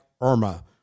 IRMA